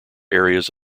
areas